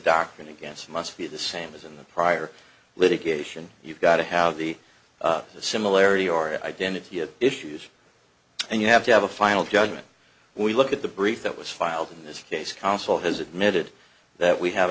doctrine against must be the same as in the prior litigation you've got to have the similarity or identity it issues and you have to have a final judgment we look at the brief that was filed in this case counsel has admitted that we have